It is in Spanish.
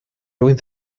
luego